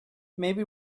maybe